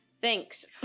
Thanks